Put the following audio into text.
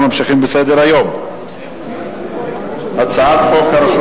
אנחנו ממשיכים בסדר-היום: הצעת החוק הרשות